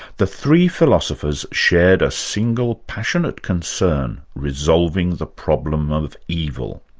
the three philosophers shared a single passionate concern resolving the problem of evil.